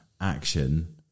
action